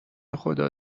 خدا